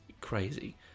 crazy